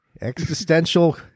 existential